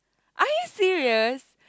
are you serious